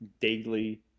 daily